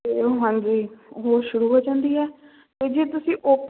ਅਤੇ ਓ ਹਾਂਜੀ ਉਹ ਸ਼ੁਰੂ ਹੋ ਜਾਂਦੀ ਹੈ ਅਤੇ ਜੇ ਤੁਸੀਂ ਓਪ